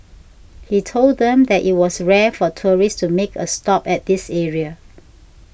he told them that it was rare for tourists to make a stop at this area